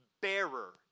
bearer